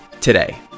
today